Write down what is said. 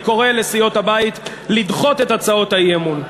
אני קורא לסיעות הבית לדחות את הצעות האי-אמון.